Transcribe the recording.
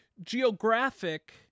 geographic